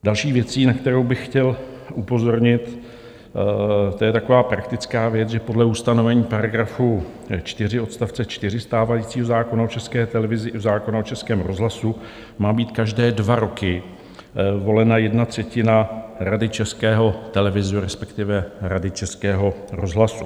Další věcí, na kterou bych chtěl upozornit, to je taková praktická věc, že podle ustanovení § 4 odst. 4 stávajícího zákona o České televizi a zákona o Českém rozhlasu má být každé dva roky volena jedna třetina Rady Českého televize, respektive Rady Českého rozhlasu.